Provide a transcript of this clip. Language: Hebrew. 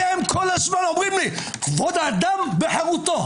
אתם כל הזמן אומרים לי: כבוד האדם וחירותו.